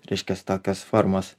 reiškias tokios formos